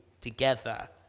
together